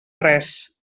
res